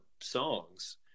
songs